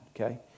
Okay